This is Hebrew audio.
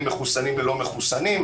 בין מחוסנים ללא מחוסנים.